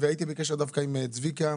הייתי בקשר דווקא עם צביקה,